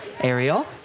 Ariel